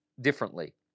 differently